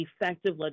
effective